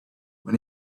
when